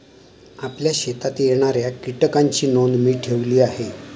आपल्या शेतात येणाऱ्या कीटकांची नोंद मी ठेवली आहे